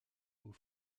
aux